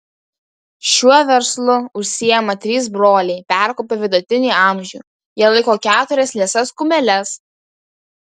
šiuo verslu užsiima trys broliai perkopę vidutinį amžių jie laiko keturias liesas kumeles